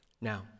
Now